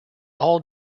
all